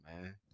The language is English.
man